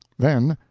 then,